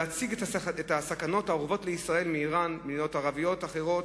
להציג את הסכנות האורבות לישראל מאירן וממדינות ערביות אחרות,